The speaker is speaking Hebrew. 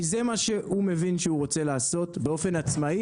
כי זה מה שהוא מבין שהוא רוצה לעשות באופן עצמאי,